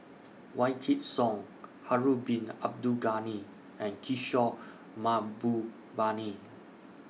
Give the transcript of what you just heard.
Wykidd Song Harun Bin Abdul Ghani and Kishore Mahbubani